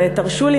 ותרשו לי,